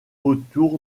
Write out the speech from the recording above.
autour